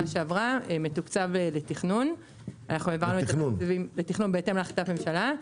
שעברה מתוקצב לתכנון בהתאם להחלטת ממשלה.